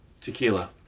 Tequila